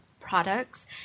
products